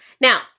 Now